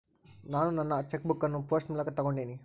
ನಾನು ನನ್ನ cheque book ಅನ್ನು ಪೋಸ್ಟ್ ಮೂಲಕ ತೊಗೊಂಡಿನಿ